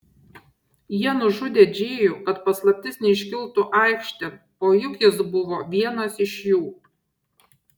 jie nužudė džėjų kad paslaptis neiškiltų aikštėn o juk jis buvo vienas iš jų